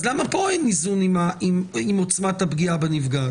אז למה פה אין איזון עם עוצמת הפגיעה בנפגעת?